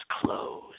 clothes